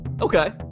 Okay